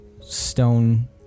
stone